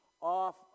off